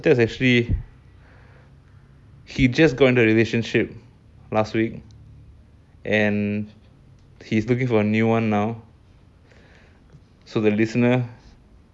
coming to another note sateer is actually he just got into a relationship last week and he's looking for a new one now so the listener